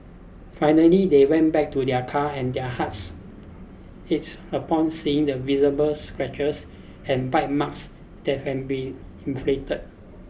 finally they went back to their car and their hearts it's upon seeing the visible scratches and bite marks that had been inflicted